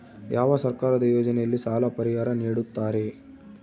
ಯಾವ ಸರ್ಕಾರದ ಯೋಜನೆಯಲ್ಲಿ ಸಾಲ ಪರಿಹಾರ ನೇಡುತ್ತಾರೆ?